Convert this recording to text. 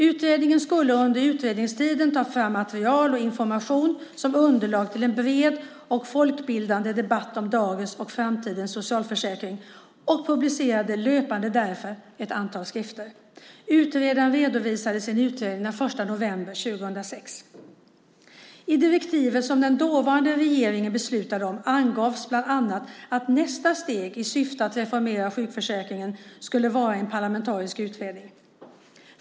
Utredningen skulle under utredningstiden ta fram material och information som underlag till en bred och folkbildande debatt om dagens och framtidens socialförsäkring och publicerade därför löpande ett antal skrifter. Utredaren redovisade sin utredning den 1 november 2006. I direktivet, som den dåvarande regeringen beslutade om, angavs bland annat att nästa steg i syfte att reformera sjukförsäkringen skulle vara en parlamentarisk utredning.